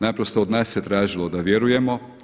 Naprosto od nas se tražilo da vjerujemo.